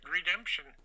Redemption